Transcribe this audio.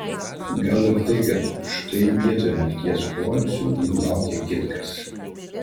gal ir tai kad štai vietoj nakties poilsio jų laukia kitkas